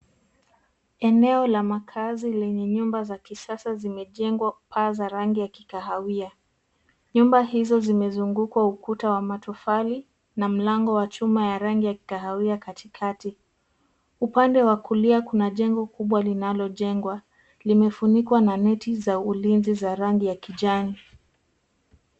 Eneo la makazi lenye nyumba za kisasa zimejengwa, paa za rangi ya kahawia. Nyumba hizo zimezungukwa ukuta wa matufali na mlango wa chuma ya rangi ya kikahawia katikati. Upande wa kulia kuna jengwa kubwa linalo jengwa limefunikwa na neti za ulizi za rangi ya kijani.